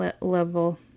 level